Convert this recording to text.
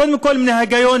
קודם כול, מן ההיגיון.